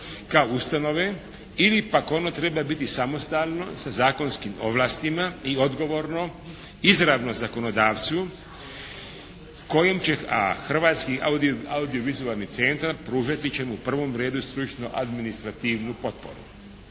kao ustanove ili pak ono treba biti samostalno sa zakonskim ovlastima i odgovorno izravno zakonodavcu kojim će, a Hrvatski audiovizualni centar pružati će mu u prvom redu stručno-administrativnu potporu.